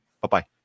Bye-bye